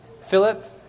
Philip